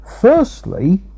firstly